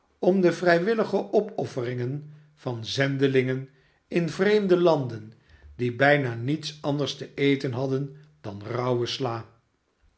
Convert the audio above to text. om de vrijwillige opofferingen van zendelingen in vreemde landen die bijna niets anders te eten hadden dan rauwe sla